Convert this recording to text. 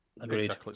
Agreed